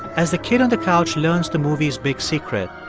as the kid on the couch learns the movie's big secret,